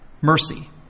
Mercy